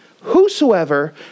whosoever